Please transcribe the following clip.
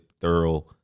thorough